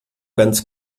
ganz